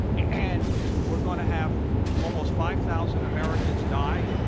and we're going to have almost five thousand americans die,